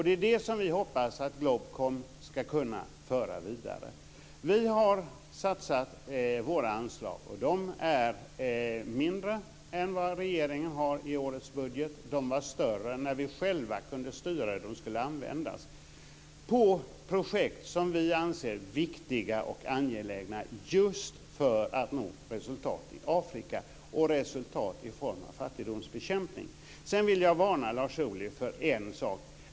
Det är det som vi hoppas att GLOBKOM ska kunna föra vidare. Vi har satsat våra anslag - de är mindre än regeringens i årets budget, de var större när vi själva kunde styra hur de skulle användas - på projekt som vi anser viktiga och angelägna just för att nå resultat i Afrika och resultat i form av fattigdomsbekämpning. Sedan vill jag varna Lars Ohly för en sak.